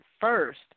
first